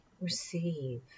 receive